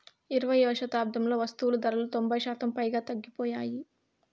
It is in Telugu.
ఇరవైయవ శతాబ్దంలో వస్తువులు ధరలు తొంభై శాతం పైగా తగ్గిపోయాయి